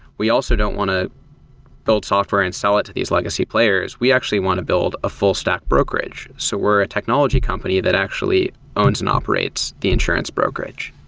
we also don't want to build software and sell it to these legacy players. we actually want to build a full stack brokerage. so we're a technology company that actually owns and operates the insurance brokerage.